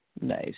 Nice